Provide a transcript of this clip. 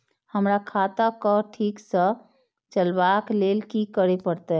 हमरा खाता क ठीक स चलबाक लेल की करे परतै